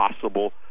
possible